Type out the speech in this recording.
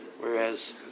Whereas